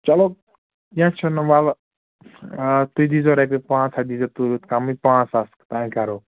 چلو کیٚنٛہہ چھُنہٕ وَلہٕ آ تُہۍ دییٖزیٚو رۄپیہِ پانٛژھ ہَتھ دییٖزیٚو تُہۍ کَمٕے پانٛژھ ساس تانۍ کَرو